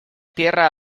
tierra